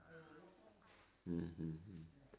mmhmm mm